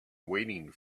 waiting